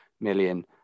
million